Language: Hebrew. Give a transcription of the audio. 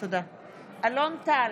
אלון טל,